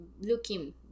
looking